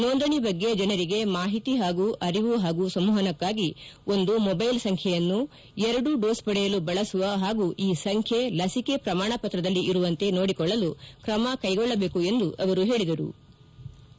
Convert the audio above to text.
ನೋಂದಣಿ ಬಗ್ಗೆ ಜನರಿಗೆ ಮಾಹಿತಿ ಹಾಗೂ ಅರಿವು ಹಾಗೂ ಸಂವಹನಕ್ಕಾಗಿ ಒಂದು ಮೊಬೈಲ್ ಸಂಬೈಯನ್ನು ಎರಡೂ ಡೋಸ್ ಪಡೆಯಲು ಬಳಸುವ ಹಾಗೂ ಈ ಸಂಬ್ಕೆ ಲಸಿಕೆ ಪ್ರಮಾಣ ಪತ್ರದಲ್ಲಿ ಇರುವಂತೆ ನೋಡಿಕೊಳ್ಳಲು ತ್ರಮ ಕೈಗೊಳ್ಳಬೇಕು ಎಂದು ಹೇಳದರು